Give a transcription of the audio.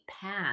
path